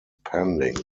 pending